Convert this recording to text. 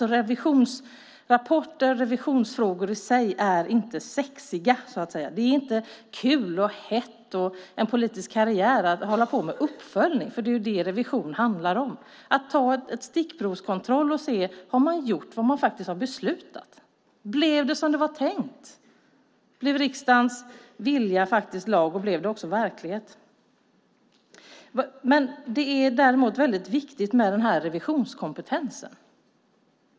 Revisionsrapporter och revisionsfrågor i sig är inte sexiga, så att säga. Det är inte kul och hett att hålla på med uppföljning. Det blir ingen politisk karriär av det, men det är det revision handlar om. Man tar en stickprovskontroll och ser efter om det man har beslutat har blivit gjort. Blev det som det var tänkt? Blev riksdagens vilja lag, och blev det också verklighet? Det är däremot viktigt med revisionskompetensen.